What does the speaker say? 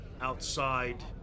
outside